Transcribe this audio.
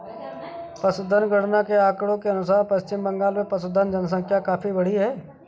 पशुधन गणना के आंकड़ों के अनुसार पश्चिम बंगाल में पशुधन जनसंख्या काफी बढ़ी है